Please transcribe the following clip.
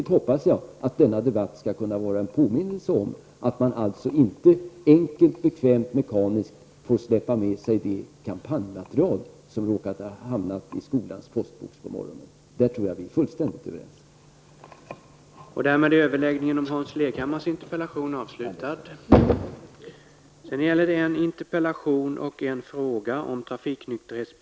Jag hoppas vidare att denna debatt skall kunna vara en påminnelse att man inte enkelt, bekvämt och mekaniskt får släpa med sig det kampanjmaterial som har råkat hamna i skolans postbox på morgonen. Det tror jag att vi är fullständigt överens om.